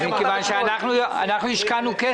התחבורה והבטיחות בדרכים בצלאל סמוטריץ': הלוואי.